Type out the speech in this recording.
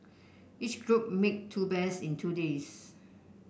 each group made two bears in two days